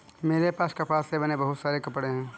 मेरे पास कपास से बने बहुत सारे कपड़े हैं